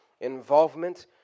involvement